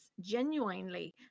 genuinely